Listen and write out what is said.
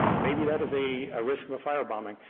maybe that is a a risk of a firebombing.